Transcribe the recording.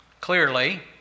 Clearly